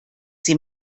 sie